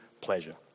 pleasure